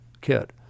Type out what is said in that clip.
kit